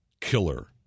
killer